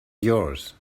yours